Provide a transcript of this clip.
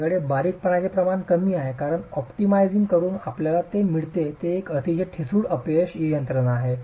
आपल्याकडे बारीकपणाचे प्रमाण कमी आहे कारण ऑप्टिमाइझ करून आपल्याला जे मिळते ते एक अतिशय ठिसूळ अपयश यंत्रणा आहे